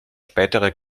spätere